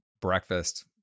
breakfast